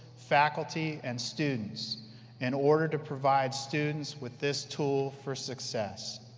faculty and students in order to provide students with this tool for success.